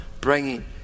bringing